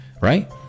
right